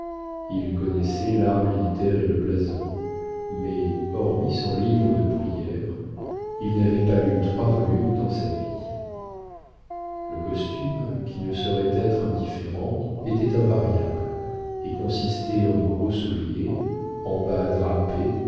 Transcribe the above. il connaissait l'art militaire et le blason mais hormis son livre de prières il n'avait pas lu trois volumes dans sa vie le costume qui ne saurait être indifférent était invariable et consistait en gros souliers en bas drapés